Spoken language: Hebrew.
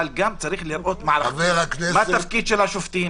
אבל גם צריך לראות מה תפקיד השופטים,